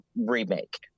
remake